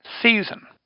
season